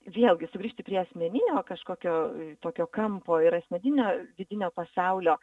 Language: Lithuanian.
vėlgi sugrįžti prie asmeninio kažkokio tokio kampo ir asmeninio vidinio pasaulio